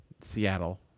Seattle